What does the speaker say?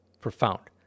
profound